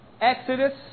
Exodus